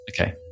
Okay